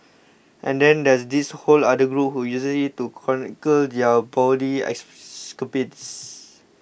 and then there's this whole other group who uses it to chronicle their bawdy escapades